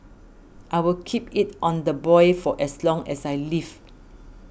I'll keep it on the boil for as long as I live